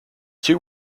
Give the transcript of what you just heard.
two